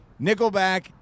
Nickelback